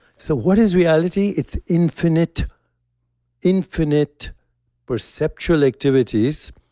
so what is reality? it's infinite infinite perceptual activities,